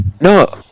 No